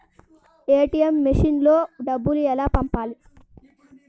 ATM మెషిన్లో డబ్బులు ఎలా పంపాలి?